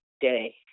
day